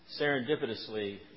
Serendipitously